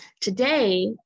Today